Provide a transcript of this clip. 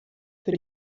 für